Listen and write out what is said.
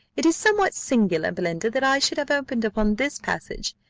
it is somewhat singular, belinda, that i should have opened upon this passage,